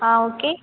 ஆ okay